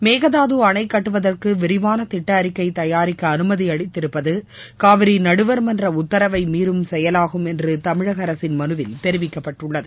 மேகதாது அணைக் கட்டுவதற்கு விரிவானதிட்ட அறிக்கை தயாரிக்க அனுமதி அளித்திருப்பது காவிரி நடுவர் மன்ற உத்தரவை மீறும் செயலாகும் என்று தமிழக அரசின் மனுவில் தெரிவிக்கப்பட்டுள்ளது